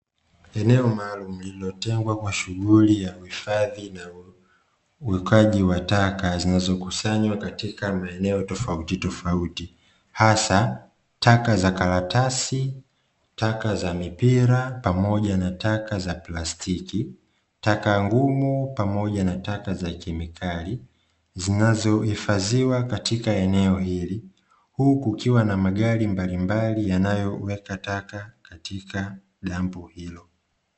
Eneo maalumu lililotengwa kwa shughuli ya uhifadhi na uwekaji wa taka zinazokusanywa katika maeneo tofautitofauti, hasa taka za karatasi, taka za mipira pamoja taka za plastiki, taka ngumu pamoja na taka za kemikali zinazohifadhiwa katika eneo hili. huku kukiwa na magari mbalimbali yanayoweka taka katika dampo hilo.